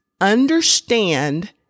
Understand